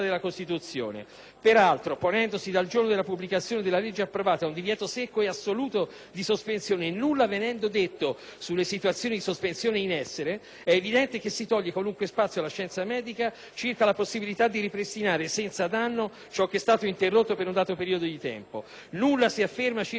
Peraltro, ponendosi dal giorno della pubblicazione della legge approvata un divieto secco ed assoluto di sospensione, nulla venendo detto sulle situazioni di sospensione in essere, è evidente che si toglie qualunque spazio alla scienza medica circa la possibilità di ripristinare, senza danno, ciò che è stato interrotto per un dato periodo di tempo. Nulla si afferma circa le conseguenze che tale ripristino